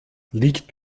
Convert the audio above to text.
liegt